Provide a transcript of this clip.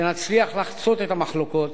שנצליח לחצות את המחלוקות,